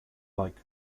like